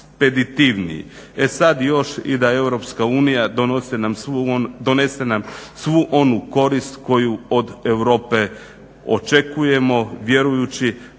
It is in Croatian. E sad još i da EU donese nam svu onu korist koju od Europe očekujemo vjerujući